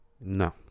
No